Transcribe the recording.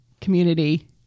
community